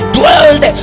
dwelled